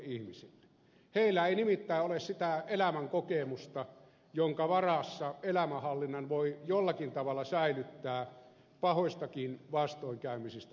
heillä ei nimittäin ole sitä elämänkokemusta jonka varassa elämän hallinnan voi jollakin tavalla säilyttää pahoistakin vastoinkäymisistä huolimatta